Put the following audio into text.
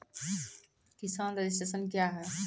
किसान रजिस्ट्रेशन क्या हैं?